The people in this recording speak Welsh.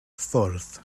ffordd